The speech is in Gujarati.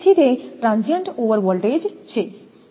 તેથી તે ટ્રાંસીયન્ટ ઓવર વોલ્ટેજ છે